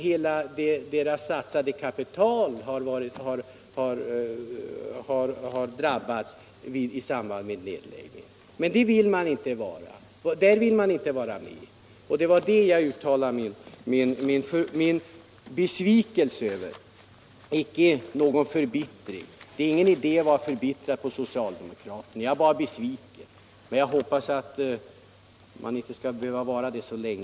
Hela deras satsade kapital har försvunnit i samband med nedläggningen. Men här vill man inte vara med. Det var det jag uttalade min besvikelse över — icke någon förbittring.